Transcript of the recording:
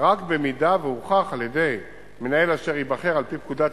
רק במידה שהוכח על-ידי מנהל אשר ייבחר על-פי פקודת